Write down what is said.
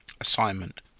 assignment